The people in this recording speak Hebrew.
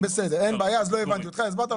אין בעיה, הסברת.